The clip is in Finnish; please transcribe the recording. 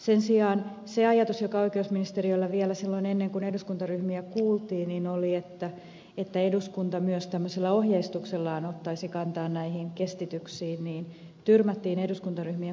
sen sijaan se ajatus joka oikeusministeriöllä oli vielä silloin ennen kuin eduskuntaryhmiä kuultiin että eduskunta myös tämmöisillä ohjeistuksillaan ottaisi kantaa näihin kestityksiin tyrmättiin eduskuntaryhmien kuulemisessa